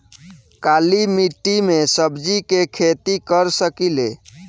काली मिट्टी में सब्जी के खेती कर सकिले?